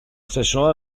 stesso